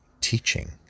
teaching